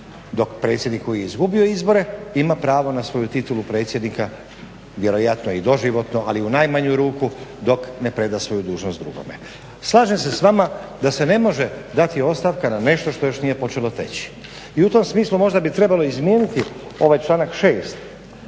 dok predsjednik koji je izgubio izbore ima pravo na svoju titulu predsjednika vjerojatno i doživotno, ali u najmanju ruku dok ne preda svoju dužnost drugome. Slažem se s vama da se ne može dati ostavka na nešto što još nije počelo teći. I u tom smislu možda bi trebalo izmijeniti ovaj članak 6.,